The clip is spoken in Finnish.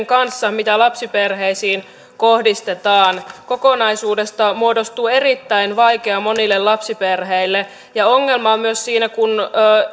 kanssa mitä lapsiperheisiin kohdistetaan kokonaisuudesta muodostuu erittäin vaikea monille lapsiperheille ja ongelma on myös siinä että